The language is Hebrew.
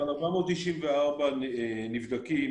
אבל 494 נבדקים,